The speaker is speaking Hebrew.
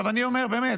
אני אומר, באמת,